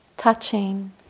Touching